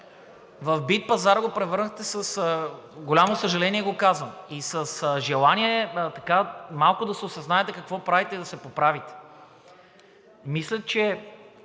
В битпазар го превърнахте, с голямо съжаление го казвам, и с желание малко да се осъзнаете какво правите и да се поправите. Мисля, че